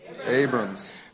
Abram's